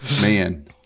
man